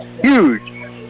huge